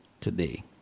today